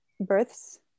Births